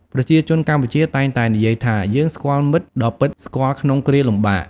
ប្រជាជនកម្ពុជាតែងតែនិយាយថា “យើងស្គាល់មិត្តដ៏ពិតស្គាល់ក្នុងគ្រាលំបាក”។